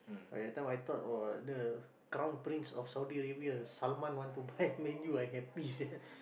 but that time I thought !wah! the crown prince of Saudi-Arabia Salman want to buy Man-U I happy sia